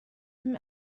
him